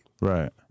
Right